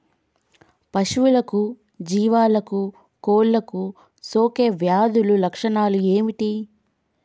పశువులకు జీవాలకు కోళ్ళకు సోకే వ్యాధుల లక్షణాలు ఏమిటి?